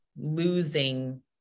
losing